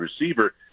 receiver